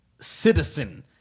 Citizen